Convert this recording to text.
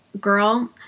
girl